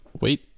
Wait